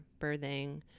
birthing